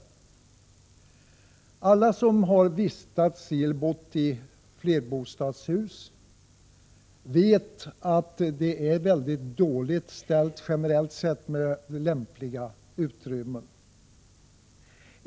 Alla som har vistats i eller bott i flerbostadshus vet att det är mycket dåligt beställt, generellt sett, med lämpliga utrymmen.